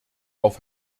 auf